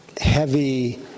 heavy